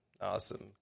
awesome